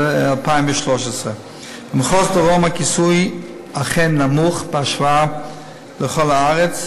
בנובמבר 2013. במחוז הדרום הכיסוי אכן נמוך בהשוואה לכל הארץ.